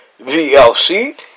VLC